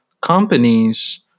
companies